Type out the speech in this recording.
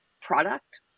product